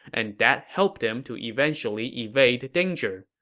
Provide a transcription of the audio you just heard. and that helped him to eventually evade danger.